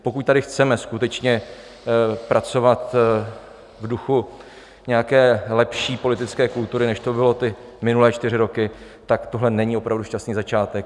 Pokud tady chceme skutečně pracovat v duchu nějaké lepší politické kultury, než to bylo minulé čtyři roky, tak tohle není opravdu šťastný začátek.